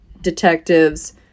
detectives